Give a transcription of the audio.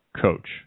coach